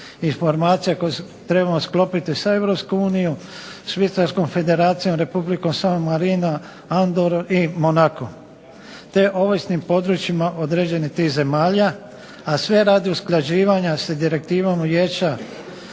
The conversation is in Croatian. informacija koje trebamo sklopiti sa EU, Švicarskom federacijom, REpublikom San Marino, Andoru i Monako te ovisnim područjima određenih tih zemalja, a sve radi usklađivanja sa Direktivom Vijeća